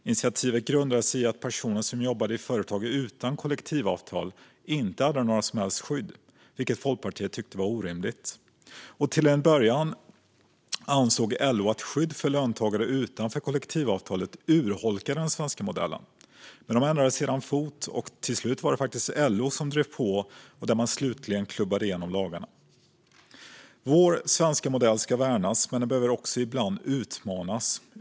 Initiativet grundade sig i att personer som jobbade i företag utan kollektivavtal inte hade några som helst skydd, vilket Folkpartiet tyckte var orimligt. Till en början ansåg LO att skydd för löntagare utanför kollektivavtal urholkade den svenska modellen. Men LO bytte fot, och till slut var det faktiskt LO som drev på så att lagarna slutligen klubbades igenom. Vår svenska modell ska värnas, men den behöver ibland också utmanas.